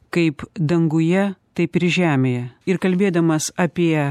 kaip danguje taip ir žemėje ir kalbėdamas apie